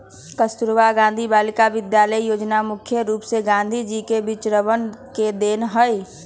कस्तूरबा गांधी बालिका विद्यालय योजना मुख्य रूप से गांधी जी के विचरवन के देन हई